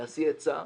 ולהשיא עצה,